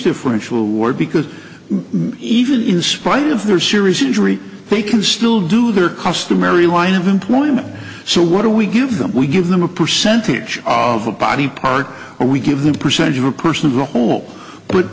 differential award because even in spite of their serious injury they can still do their customary line of employment so what do we give them we give them a percentage of a body part we give them a percentage of a person